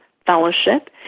Fellowship